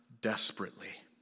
desperately